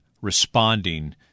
responding